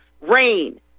rain